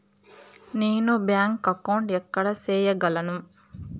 నేను bank account ఎక్కడ సేయగలను